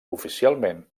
oficialment